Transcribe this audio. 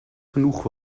genoeg